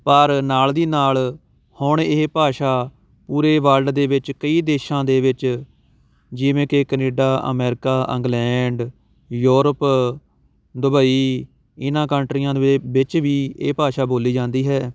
ਪਰ ਨਾਲ ਦੀ ਨਾਲ ਹੁਣ ਇਹ ਭਾਸ਼ਾ ਪੂਰੇ ਵਰਲਡ ਦੇ ਵਿੱਚ ਕਈ ਦੇਸ਼ਾਂ ਦੇ ਵਿੱਚ ਜਿਵੇਂ ਕਿ Canada America England Europe Dubai ਇਹਨਾਂ ਕੰਟਰੀਆਂ ਦੇ ਵੇ ਵਿੱਚ ਵੀ ਇਹ ਭਾਸ਼ਾ ਬੋਲੀ ਜਾਂਦੀ ਹੈ